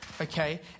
okay